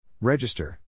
Register